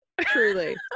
Truly